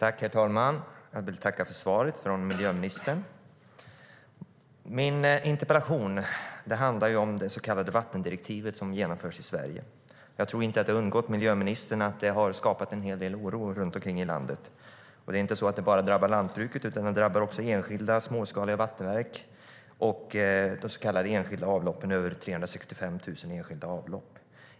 Herr talman! Jag vill tacka för svaret från miljöministern. Min interpellation handlar om det så kallade vattendirektivet som genomförs i Sverige. Jag tror inte att det har undgått miljöministern att det har skapat en hel del oro runt omkring i landet. Det är inte så att det bara drabbar lantbruket. Det drabbar också enskilda småskaliga vattenverk och de så kallade enskilda avloppen. Det finns över 365 000 enskilda avlopp.